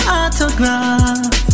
autograph